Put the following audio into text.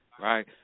Right